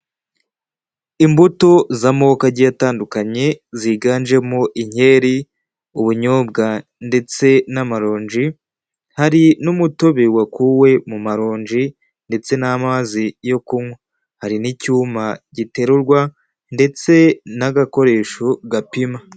Imbuto z'amoko agiye atandukanye ziganjemo inkeri, ubunyobwa ndetse n'amaronji, hari n'umutobe wakuwe mu maronji ndetse n'amazi yo kunywa. Hari n'icyuma giterurwa ndetse n'agakoresho gapima.